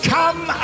come